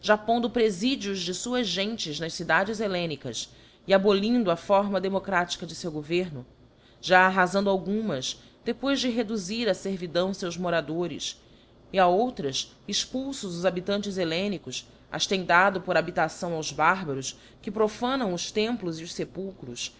pondo prefidios de fuás gente's nas cidades hellenicas e abolindo a forma democrática de feu governo já arrafando algumas depois de reduzir á fervidão feus moradores e a outras expulfos os habitantes hellenicos as tem dado por habitação aos bárbaros que profanam os templos e os fepulchros